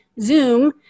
Zoom